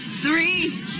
three